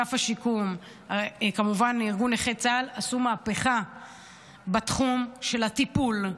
אגף השיקום וכמובן ארגון נכי צה"ל עשו מהפכה בתחום של הטיפול,